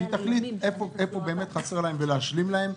שתחליט איפה חסר להם ולהשלים להם,